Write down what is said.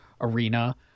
arena